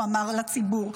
הוא אמר לציבור,